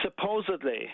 supposedly